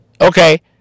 Okay